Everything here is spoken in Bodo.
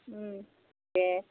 दे